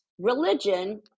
Religion